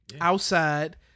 outside